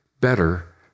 better